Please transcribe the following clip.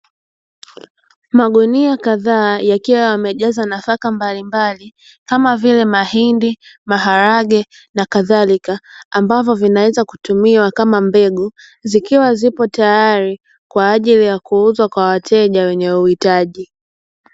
Magunia kadhaa yakiwa yamejazwa nafaka mbalimbali kama vile mahindi, maharage na kadhalika ambavyo vinaweza kutumiwa kama mbegu, zikiwa zipo tayari kwa ajili ya kuuzwa kwa wateja wenye uhitaji.